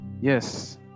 yes